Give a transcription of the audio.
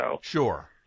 sure